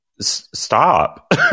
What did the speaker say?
Stop